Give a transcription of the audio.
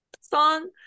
song